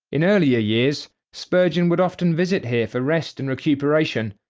in earlier years spurgeon would often visit here for rest and recuperation,